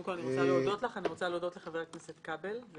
אני רוצה להודות לחבר הכנסת כבל,